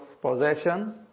possession